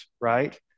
right